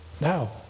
Now